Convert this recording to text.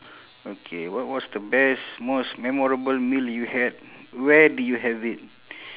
okay what what's the best most memorable meal you had where did you have it